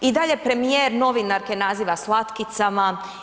I dalje premijer novinarke naziva slatkicama.